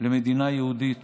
למדינה יהודית